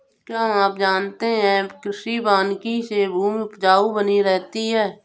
क्या आप जानते है कृषि वानिकी से भूमि उपजाऊ बनी रहती है?